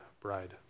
bride